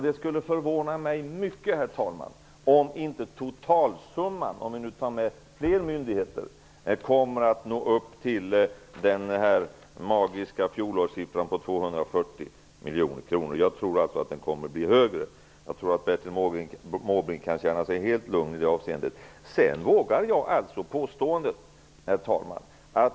Det skulle förvåna mig mycket, herr talman, om inte totalsumman när man räknar med fler myndigheter kommer att nå upp till den magiska fjolårssiffran på 240 miljoner kronor. Jag tror att den kommer att bli högre. Jag tror att Bertil Måbrink kan känna sig helt lugn i det avseendet. Herr talman!